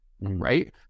right